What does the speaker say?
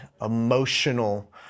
emotional